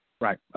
Right